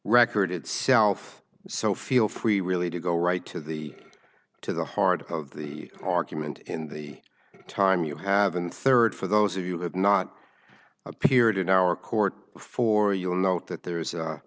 record itself so feel free really to go right to the to the heart of the argument in the time you have and third for those of you have not appeared in our court before you'll note that there is a